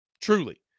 truly